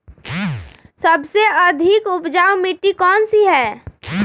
सबसे अधिक उपजाऊ मिट्टी कौन सी हैं?